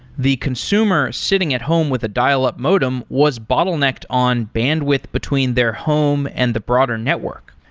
the consumer sitting at home with a dialup modem was bottlenecked on bandwidth between their home and the broader network.